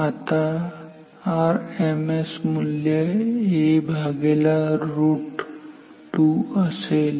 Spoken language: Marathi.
आता आरएमएस मूल्य 𝐴√2 असेल